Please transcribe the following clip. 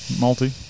Multi